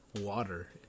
water